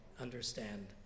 understand